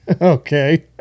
Okay